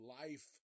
life